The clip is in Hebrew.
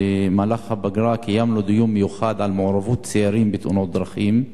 במהלך הפגרה קיימנו דיון מיוחד על מעורבות צעירים בתאונות דרכים,